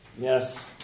Yes